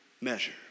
measure